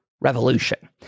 revolution